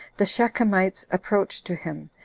the shechemites approached to him,